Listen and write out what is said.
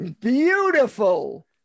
Beautiful